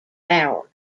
hours